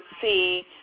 see